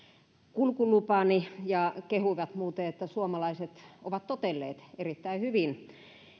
kulkulupani ja he kehuivat muuten että suomalaiset ovat totelleet erittäin hyvin